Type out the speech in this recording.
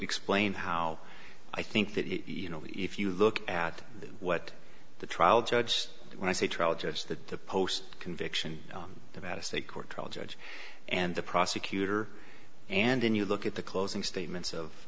explain how i think that you know if you look at what the trial judge when i say trial judge that the post conviction about a state court trial judge and the prosecutor and then you look at the closing statements